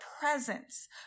presence